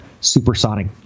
supersonic